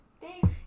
Thanks